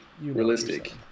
realistic